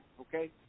okay